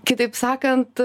kitaip sakant